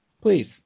please